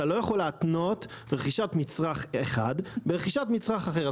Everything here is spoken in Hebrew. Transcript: אתה לא יכול להתנות רכישת מצרך אחד ברכישת מצרך אחר.